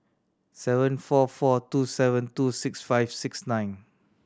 seven four four two seven two six five six nine